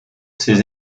ses